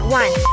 one